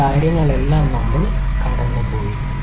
ഈ കാര്യങ്ങളെല്ലാം നമ്മൾ കടന്നുപോയി